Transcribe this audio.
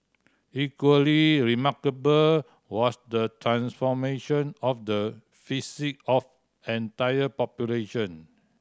equally remarkable was the transformation of the psyche of entire population